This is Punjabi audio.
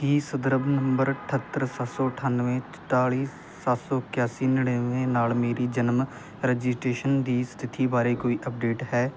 ਕੀ ਸੰਦਰਭ ਨੰਬਰ ਅਠੱਤਰ ਸੱਤ ਸੌ ਅਠਾਨਵੇਂ ਚੁਤਾਲੀ ਸੱਤ ਸੌ ਇਕਾਸੀ ਨੜ੍ਹਿੰਨਵੇਂ ਨਾਲ ਮੇਰੀ ਜਨਮ ਰਜਿਸਟ੍ਰੇਸ਼ਨ ਦੀ ਸਥਿਤੀ ਬਾਰੇ ਕੋਈ ਅਪਡੇਟ ਹੈ